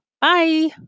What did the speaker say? Bye